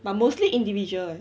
but mostly individual